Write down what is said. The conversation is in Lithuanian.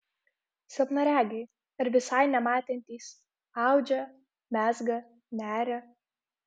silpnaregiai ar visai nematantys audžia mezga neria